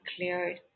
cleared